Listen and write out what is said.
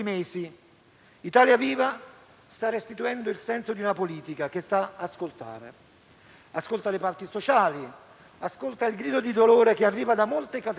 Italia Viva sta restituendo il senso di una politica che sa ascoltare: ascolta le parti sociali e il grido di dolore che arriva da molte categorie